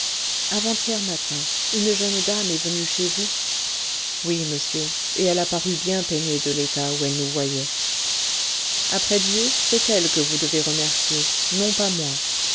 avant-hier matin une jeune dame est venue chez vous oui monsieur et elle a paru bien peinée de l'état où elle nous voyait après dieu c'est elle que vous devez remercier non pas moi